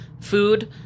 food